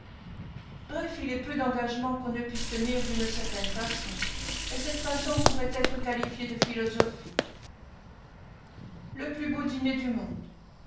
bref il est peu d'engagements qu'on ne puisse tenir d'une certaine façon et cette façon pourrait être qualifiée de philosophique le plus beau dîner du monde